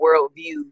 worldview